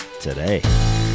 today